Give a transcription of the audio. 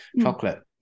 chocolate